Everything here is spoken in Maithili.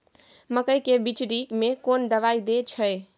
मकई के बिचरी में कोन दवाई दे छै?